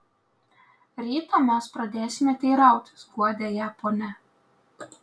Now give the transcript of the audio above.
rytą mes pradėsime teirautis guodė ją ponia